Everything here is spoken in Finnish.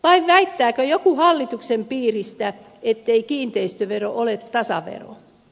vai väittääkö joku hallituksen piiristä ettei kiinteistövero ole tasavero